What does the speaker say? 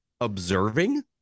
observing